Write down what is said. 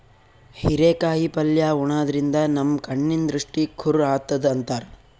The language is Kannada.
ಹಿರೇಕಾಯಿ ಪಲ್ಯ ಉಣಾದ್ರಿನ್ದ ನಮ್ ಕಣ್ಣಿನ್ ದೃಷ್ಟಿ ಖುರ್ ಆತದ್ ಅಂತಾರ್